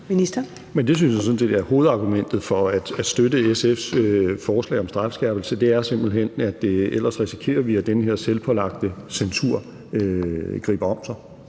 Det synes jeg sådan set er hovedargumentet for at støtte SF's forslag om en strafskærpelse, altså at det simpelt hen er sådan, at vi ellers risikerer, at den her selvpålagte censur griber om sig.